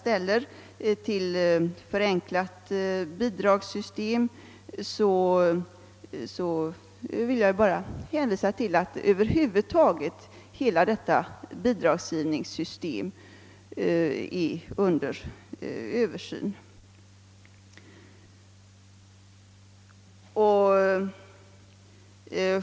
förenklat bidragssystem vill jag upprepa att hela bidragsgivningssystemet på detta område är under översyn.